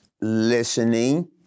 listening